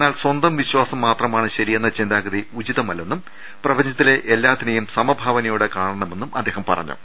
എന്നാൽ സ്വന്തം വിശ്വാസം മാത്രമാണ് ശരി യെന്ന ചിന്താഗതി ഉചിതമല്ലെന്നും പ്രപഞ്ചത്തിലെ എല്ലാത്തിനെയും സമഭാവനയോടെ കാണണമെന്നും അദ്ദേഹം പറഞ്ഞു